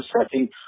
setting